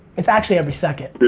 it's actually every second. yeah.